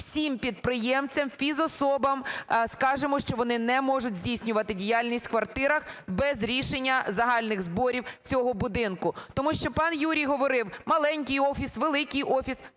всім підприємцям фізособам скажемо, що вони не можуть здійснювати діяльність в квартирах без рішення загальних зборів цього будинку. Тому що пан Юрій говорив: "Маленький офіс, великий офіс…"